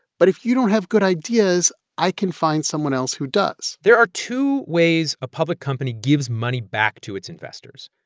but if you don't have good ideas, i can find someone else who does there are two ways a public company gives money back to its investors.